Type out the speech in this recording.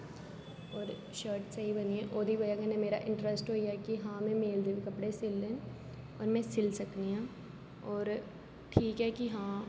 और शर्ट स्हेई बनी ओहदी बजह कन्नै में मेरा इंटरेस्ट होई गेआ कि हां में मेल दे बी कपडे़ सिलने ना ते हून में सिली सकनी आं और ठीक ऐ कि आं